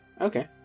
Okay